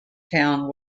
town